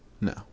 No